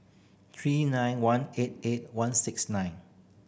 three nine one eight eight one six nine